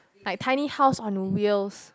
like tiny house on wheels